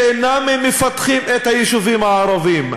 שאינם מפתחים את היישובים הערביים.